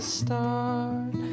start